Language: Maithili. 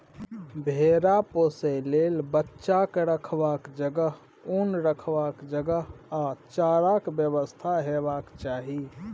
भेरा पोसय लेल बच्चाक रखबाक जगह, उन रखबाक जगह आ चाराक बेबस्था हेबाक चाही